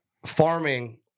Farming